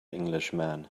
englishman